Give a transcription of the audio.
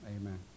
Amen